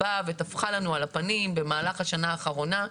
באה וטפחה לנו על הפנים במהלך השנה האחרונה.